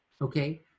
Okay